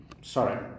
Sorry